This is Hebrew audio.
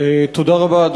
תודה רבה,